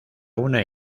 una